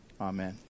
Amen